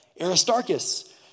Aristarchus